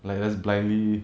like just blindly